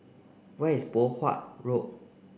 where is Poh Huat Road